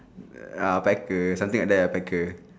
err ah packer something like that ah packer